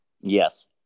Yes